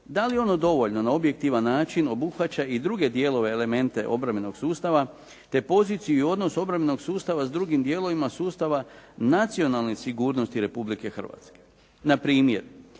da li ono dovoljno na objektivan način obuhvaća i druge dijelove, elemente obrambenog sustava, te poziciju i odnos obrambenog sustava sa drugim dijelovima sustava nacionalne sigurnosti Republike Hrvatske. Npr. jedno